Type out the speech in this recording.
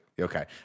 okay